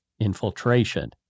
Infiltration